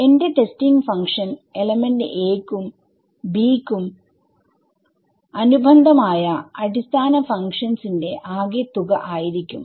എന്റെ testing function element a ക്കും b ക്കും അനുബന്ധം ആയ അടിസ്ഥാന ഫങ്ക്ഷൻസ് ന്റെ ആകെത്തുക ആയിരിക്കും